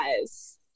guys